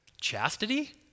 Chastity